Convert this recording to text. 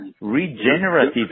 regenerative